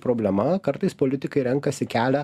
problema kartais politikai renkasi kelią